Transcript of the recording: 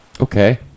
Okay